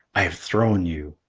i have thrown you.